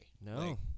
No